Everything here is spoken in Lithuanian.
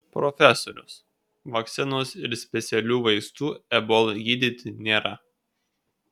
profesorius vakcinos ir specialių vaistų ebolai gydyti nėra